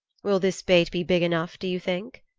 will this bait be big enough, do you think?